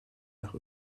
nach